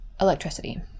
Electricity